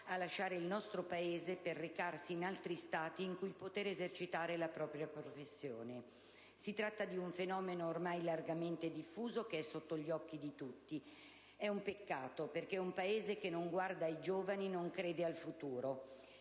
a lasciare il nostro Paese per recarsi in altri Stati in cui poter esercitare la propria professione. Si tratta di un fenomeno ormai largamente diffuso, che è sotto gli occhi di tutti. È un peccato, perché un Paese che non guarda ai giovani non crede al futuro.